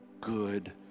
good